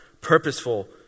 purposeful